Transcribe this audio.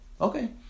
okay